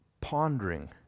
pondering